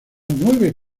nueve